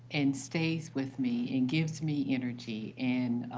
and stays with me, and gives me energy, and